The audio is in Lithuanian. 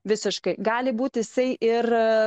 visiškai gali būti jisai ir